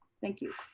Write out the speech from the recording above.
thank you.